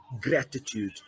gratitude